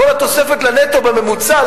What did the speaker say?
כל התוספת לנטו בממוצע,